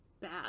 bad